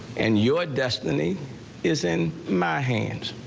and your destiny is in my hands.